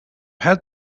had